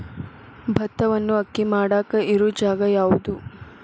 ಭತ್ತವನ್ನು ಅಕ್ಕಿ ಮಾಡಾಕ ಇರು ಜಾಗ ಯಾವುದು?